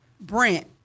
Brent